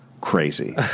Crazy